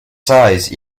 size